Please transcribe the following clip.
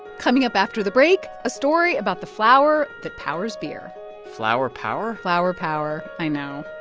coming up after the break a story about the flower that powers beer flower power? flower power, i know